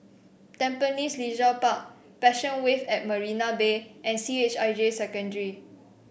Tampines Leisure Park Passion Wave at Marina Bay and C H I J Secondary